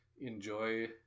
enjoy